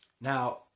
Now